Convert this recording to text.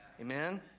Amen